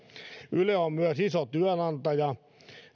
yle on myös iso työnantaja